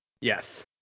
Yes